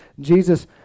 Jesus